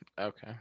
Okay